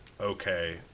okay